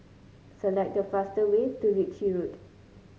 select the fastest way to Ritchie Road